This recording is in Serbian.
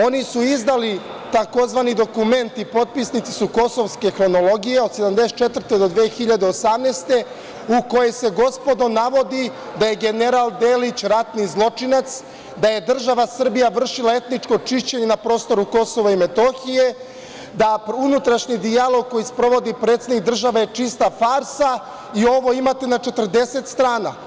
Oni su izdali takozvani dokument i potpisnici su kosovske fenologije, od 1974. do 2018. godine u kojoj se, gospodo, navodi da je general Delić ratni zločinac, da je država Srbija vršila etničko čišćenje na prostoru Kosova i Metohije, da unutrašnji dijalog koji sprovodi predsednik države je čista farsa i ovo imate na 40 strana.